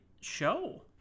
show